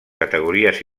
categories